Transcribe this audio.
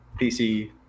PC